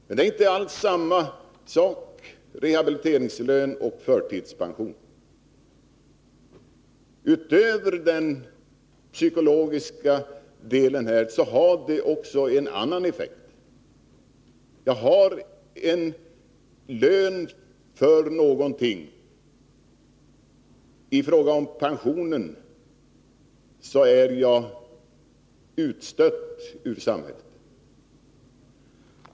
Men rehabiliteringslön och förtidspension är inte samma sak. Utöver den psykologiska effekten har det också en annan effekt. Jag har en lön för någonting, medan en förtidspensionering innebär att jag är utstött i samhället.